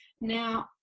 now